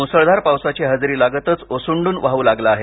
मुसळधार पावसाची हजेरी लागतच ओसंडून वाहू लागला आहे